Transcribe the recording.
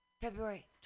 February